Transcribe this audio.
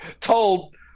told